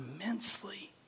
immensely